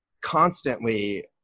constantly